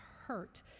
hurt